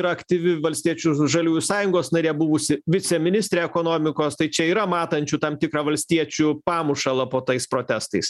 ir aktyvi valstiečių žaliųjų sąjungos narė buvusi viceministrė ekonomikos tai čia yra matančių tam tikrą valstiečių pamušalą po tais protestais